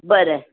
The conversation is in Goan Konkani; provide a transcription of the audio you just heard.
बरें